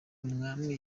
umwami